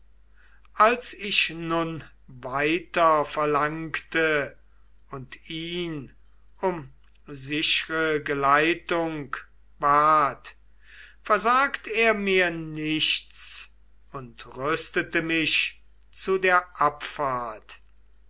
als ich nun weiter verlangte und ihn um sichre geleitung bat versagt er mir nichts und rüstete mich zu der abfahrt